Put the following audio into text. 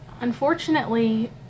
unfortunately